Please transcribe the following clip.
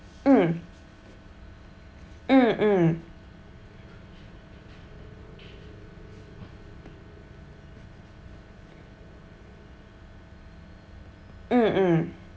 mm mm mm mm mm